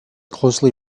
closely